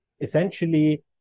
essentially